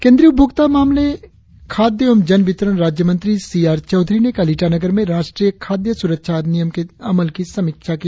केंद्रीय उपभोक्ता मामले खाद्य एवं जन वितरण राज्य मंत्री सी आर चौधरी ने कल ईटानगर में राष्ट्रीय खाद्य सुरक्षा अधिनियम के अमल की समीक्षा की